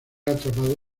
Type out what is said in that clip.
atrapado